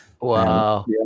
Wow